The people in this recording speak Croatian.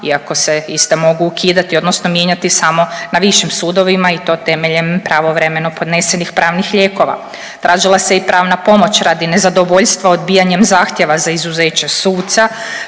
iako se iste mogu ukidati, odnosno mijenjati samo na višim sudovima i to temeljem pravovremeno podnesenih pravnih lijekova. Tražila se i pravna pomoć radi nezadovoljstva odbijanjem zahtjeva za izuzeće suca,